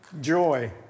joy